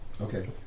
Okay